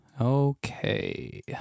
Okay